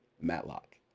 Matlock